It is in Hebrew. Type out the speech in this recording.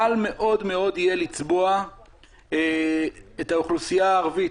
קל מאוד מאוד יהיה לצבוע את האוכלוסייה הערבית